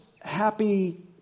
happy